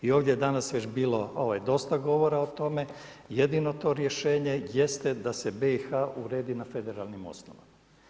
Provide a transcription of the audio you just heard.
I ovdje je danas već bilo dosta govora o tome, jedino to rješenje jeste da se BiH uredi na federalnim osnovama.